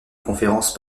conférences